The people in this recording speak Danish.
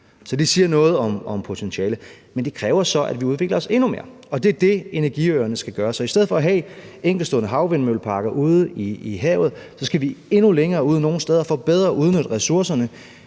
det siger noget om potentialet, men det kræver så, at vi udvikler os endnu mere. Og det er det, energiøerne skal gøre. Så i stedet for at have enkeltstående havvindmølleparker ude i havet skal vi endnu længere ud nogle steder for bedre at udnytte ressourcerne.